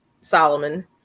Solomon